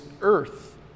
earth